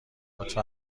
لطفا